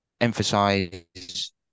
emphasize